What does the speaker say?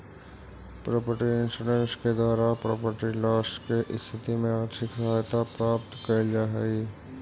property insurance के द्वारा property loss के स्थिति में आर्थिक सहायता प्राप्त कैल जा हई